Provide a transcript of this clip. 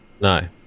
No